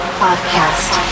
podcast